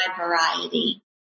variety